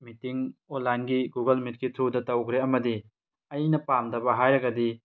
meeting ꯑꯣꯟꯂꯥꯏꯟꯒꯤ Google ꯃꯤꯠꯀꯤ ꯊ꯭ꯔꯨꯗ ꯇꯧꯈ꯭ꯔꯦ ꯑꯃꯗꯤ ꯑꯩꯅ ꯄꯥꯝꯗꯅ ꯍꯥꯏꯔꯒꯗꯤ